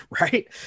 right